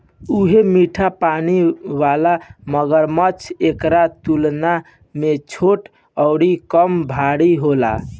उहे मीठा पानी वाला मगरमच्छ एकरा तुलना में छोट अउरी कम भारी होला